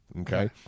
Okay